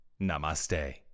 Namaste